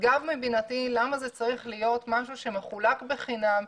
נשגב מבינתי למה זה צריך להיות משהו שמחולק בחינם.